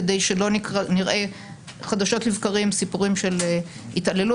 כדי שלא נראה חדשות לבקרים סיפורים של התעללות